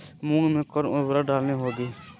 मूंग में कौन उर्वरक डालनी होगी?